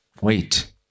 Wait